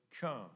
come